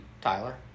Tyler